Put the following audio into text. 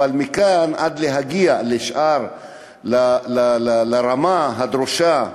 אבל מכאן ועד להגיע לרמה הדרושה,